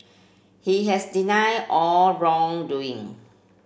he has denied all wrongdoing